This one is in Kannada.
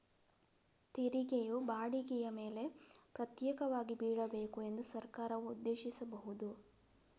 ತೆರಿಗೆಯು ಬಾಡಿಗೆಯ ಮೇಲೆ ಪ್ರತ್ಯೇಕವಾಗಿ ಬೀಳಬೇಕು ಎಂದು ಸರ್ಕಾರವು ಉದ್ದೇಶಿಸಬಹುದು